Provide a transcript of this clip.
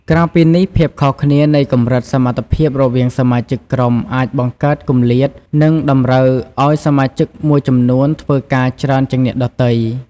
ក្រៅពីនេះ ភាពខុសគ្នានៃកម្រិតសមត្ថភាពរវាងសមាជិកក្រុមអាចបង្កើតគម្លាត និងតម្រូវឱ្យសមាជិកមួយចំនួនធ្វើការច្រើនជាងអ្នកដទៃ។